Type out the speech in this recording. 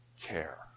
care